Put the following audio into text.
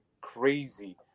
crazy